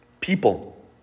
people